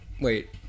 wait